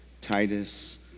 Titus